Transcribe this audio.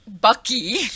Bucky